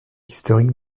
historique